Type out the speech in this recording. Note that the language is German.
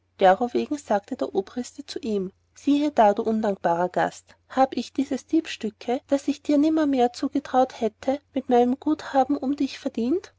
derowegen sagte der obriste zu ihm siehe da du undankbarer gast hab ich dieses diebstücke das ich dir nimmermehr zugetrauet hätte mit meinen guttaten umb dich verdienet